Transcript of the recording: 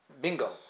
Bingo